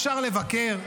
אפשר לבקר,